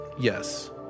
Yes